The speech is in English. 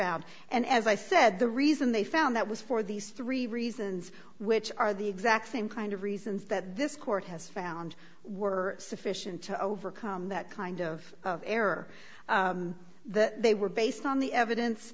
found and as i said the reason they found that was for these three reasons which are the exact same kind of reasons that this court has found were sufficient to overcome that kind of error that they were based on the evidence